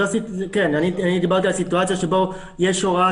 אני דיברתי על סיטואציה שבה יש הוראה